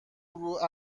گروه